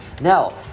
Now